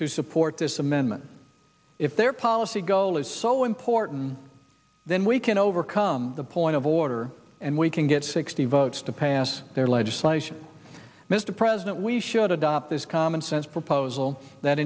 who support this amendment if their policy goal is so important then we can overcome the point of order and we can get sixty votes to pass their legislation mr president we should adopt this common sense proposal that